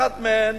אחת מהן